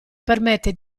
permette